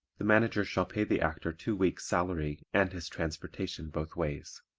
the manager shall pay the actor two weeks' salary and his transportation both ways.